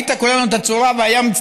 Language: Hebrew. היית קורע לנו את הצורה,